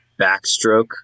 backstroke